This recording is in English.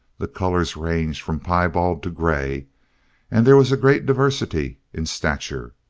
the colors ranged from piebald to grey and there was a great diversity in stature.